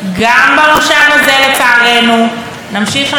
נמשיך להיאבק בחוק היועצים המשפטיים מבית